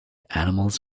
animals